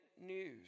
news